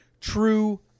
true